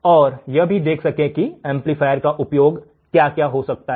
और यह भी देखें कि इस एम्पलीफायरों का उपयोगक्या है